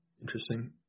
Interesting